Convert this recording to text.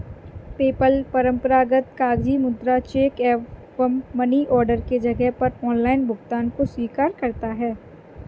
PayPal परंपरागत कागजी मुद्रा, चेक एवं मनी ऑर्डर के जगह पर ऑनलाइन भुगतान को स्वीकार करता है